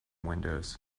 windows